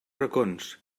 racons